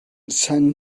send